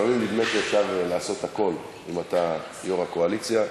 לפעמים נדמה שאפשר לעשות הכול אם אתה יו"ר הקואליציה,